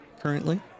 currently